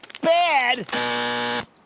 bad